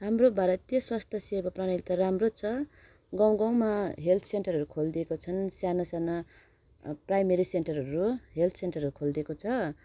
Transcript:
हाम्रो भारतीय स्वास्थ्य सेवा पनि त राम्रो छ गाउँ गाउँमा हेल्थ सेन्टरहरू खोलिदिएको छन् साना साना प्राइमेरी सेन्टरहरू हेल्थ सेन्टरहरू खोलिदिएको छ